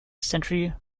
century